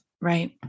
Right